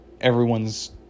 everyone's